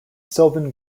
sylvan